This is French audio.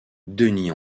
denis